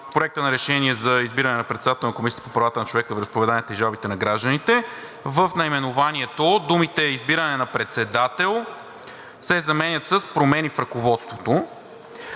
Проекта на решение за избиране на председател на Комисията по правата на човека, вероизповеданията и жалбите на гражданите: в наименованието думите „избиране на председател“ се заменят с „промени в ръководството“.